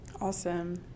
Awesome